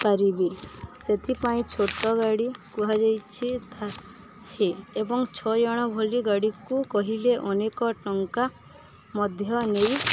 ପାରିବି ସେଥିପାଇଁ ଛୋଟ ଗାଡ଼ି କୁହାଯାଇଛି ଥା ହେ ଏବଂ ଛଅ ଜଣ ଭଲି ଗାଡ଼ିକୁ କହିଲେ ଅନେକ ଟଙ୍କା ମଧ୍ୟ ନେଇ